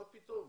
מה פתאום?